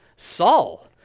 Saul